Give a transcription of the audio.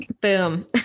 Boom